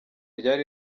ryari